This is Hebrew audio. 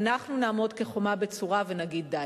אנחנו נעמוד כחומה בצורה ונגיד: די.